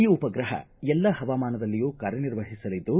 ಈ ಉಪಗ್ರಹ ಎಲ್ಲಾ ಹವಾಮಾನದಲ್ಲಿಯೂ ಕಾರ್ಯನಿರ್ವಹಿಸಲಿದ್ದು